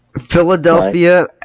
Philadelphia